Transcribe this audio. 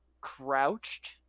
crouched